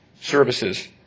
services